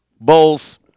Bulls